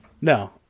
No